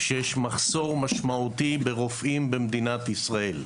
שיש מחסור משמעותי ברופאים במדינת ישראל.